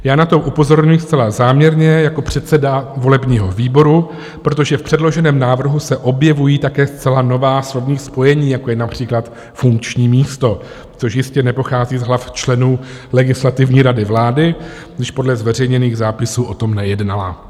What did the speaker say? Já na to upozorňuji zcela záměrně jako předseda volebního výboru, protože v předloženém návrhu se objevují také zcela nová slovní spojení, jako je například funkční místo, což jistě nepochází z hlav členů Legislativní rady vlády, když podle zveřejněných zápisů o tom nejednala.